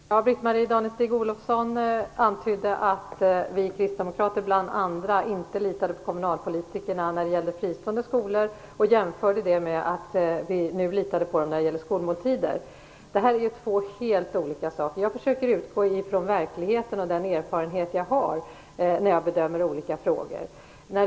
Fru talman! Britt-Marie Danestig-Olofsson antydde att vi kristdemokrater bland andra partier inte litade på kommunalpolitikerna när det gäller fristående skolor och jämförde det med att vi nu litar på dem i fråga om skolmåltider. Det här är två helt olika saker. Jag försöker utgå ifrån verkligheten och den erfarenhet jag har när jag bedömer olika frågor.